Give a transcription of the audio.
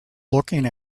looking